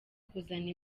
kuzana